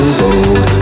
gold